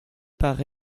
par